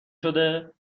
شده